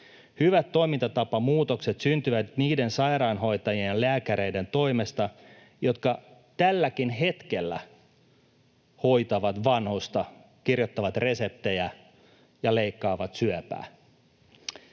Hyvät toimintatapamuutokset syntyvät niiden sairaanhoitajien ja lääkäreiden toimesta, jotka tälläkin hetkellä hoitavat vanhusta, kirjoittavat reseptejä ja leikkaavat syöpää.